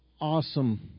awesome